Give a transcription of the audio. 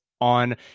on